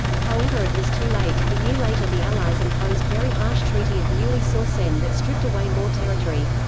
however it was too late a year later the allies imposed very harsh treaty of neuilly-sur-seine that stripped away more territory.